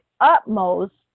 utmost